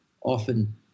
often